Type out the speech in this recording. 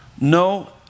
no